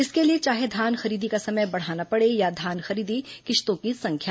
इसके लिए चाहे धान खरीदी का समय बढ़ाना पड़े या धान खरीदी किश्तों की संख्या